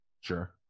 Sure